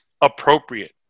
appropriate